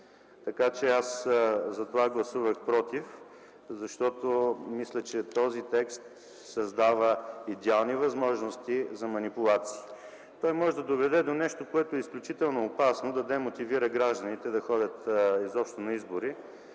на гр. София. Гласувах против, защото мисля, че този текст създава идеални възможности за манипулации. Той може да доведе до нещо, което е изключително опасно – да демотивира гражданите да ходят изобщо на избори,